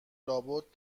لابد